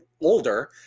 older